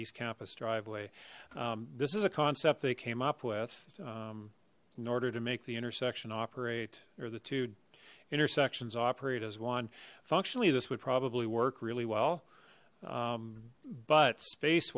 east campus driveway this is a concept they came up with in order to make the intersection operate or the two intersections operate as one functionally this would probably work really well but space